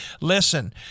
Listen